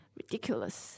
ridiculous